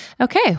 Okay